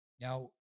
Now